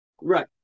Right